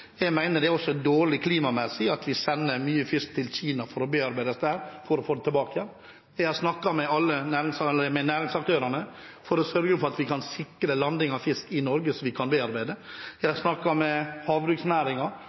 Jeg mener det også er dårlig klimamessig at vi sender mye fisk til Kina for bearbeiding der, for så å få den tilbake igjen. Jeg har snakket med alle næringsaktørene for å sørge for at vi kan sikre landing av fisk i Norge som vi kan bearbeide. Jeg har snakket med